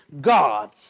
God